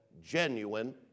genuine